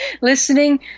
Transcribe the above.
Listening